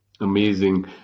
amazing